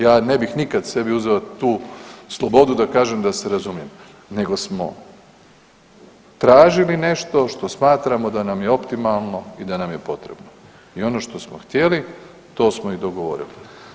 Ja ne bih nikad sebi uzeo tu slobodu da kažem da se razumijem nego smo tražili nešto što smatramo da nam je optimalno i da nam je potrebno i ono što smo htjeli to smo i dogovorili.